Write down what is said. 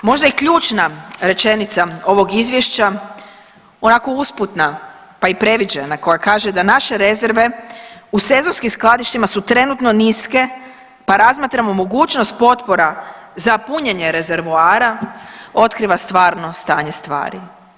Možda i ključna rečenica ovog izvješća, onako usputna pa i previđena koja kaže da naše rezerve u sezonskim skladištima su trenutno niske, pa razmatramo mogućnost potpora za punjenje rezervoara otkriva stvarno stanje stvari.